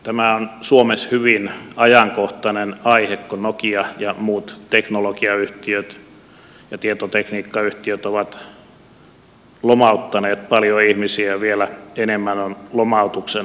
tämä on suomessa hyvin ajankohtainen aihe kun nokia ja muut teknologiayhtiöt ja tietotekniikkayhtiöt ovat lomauttaneet paljon ihmisiä ja vielä enemmän on lomautuksen alla